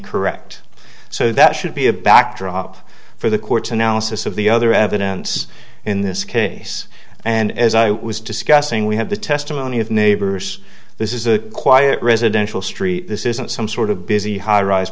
correct so that should be a backdrop for the court's analysis of the other evidence in this case and as i was discussing we have the testimony of neighbors this is a quiet residential street this isn't some sort of busy high rise